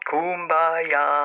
Kumbaya